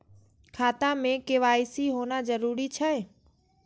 खाता में के.वाई.सी होना जरूरी छै?